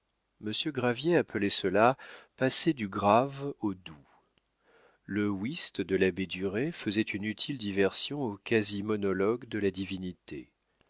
monsieur gravier appelait cela passer du grave au doux le wisth de l'abbé duret faisait une utile diversion aux quasi monologues de la divinité